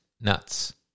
nuts